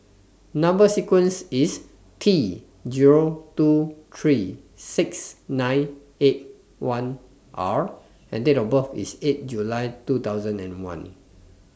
Number sequence IS T Zero two three six nine eight one R and Date of birth IS eight July two thousand and one